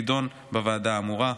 תידון בוועדה האמורה.